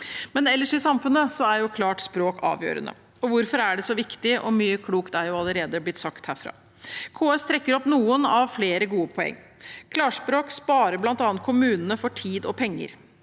men ellers i samfunnet er klart språk avgjørende. Hvorfor er det så viktig? Mye klokt er allerede blitt sagt herfra. KS trekker opp noen av flere gode poenger. Klarspråk sparer bl.a. kommunene for tid og penger.